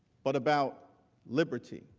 but about liberty.